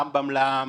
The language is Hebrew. רמב"ם לעם.